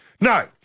No